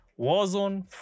Warzone